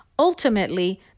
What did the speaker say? Ultimately